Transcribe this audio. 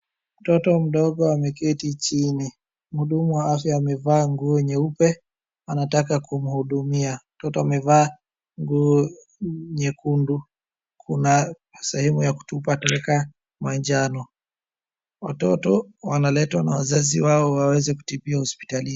Mtoto mdogo ameketi chini. Mhudumu wa afya amevaa nguo nyeupe anataka kumhudumia. Mtoto amevaa nguo nyekundu. Kuna sehemu ya kutupa taka manjano. Watoto wanaletwa na wazazi wao waweze kutibiwa hospitalini.